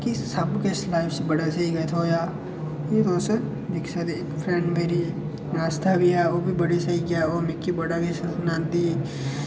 मिगी सब किश गै लाइफ च बड़ा स्हेई थ्होएआ तुस दिक्खी सकदे इक फ्रैंड मेरी आस्था ऐ ओह् बी बड़ी स्हेई ऐ ओह् मिगी बड़ा किश सनांदी